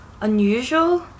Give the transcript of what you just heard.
unusual